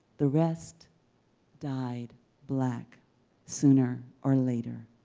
the rest dyed black sooner or later,